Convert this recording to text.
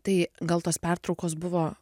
tai gal tos pertraukos buvo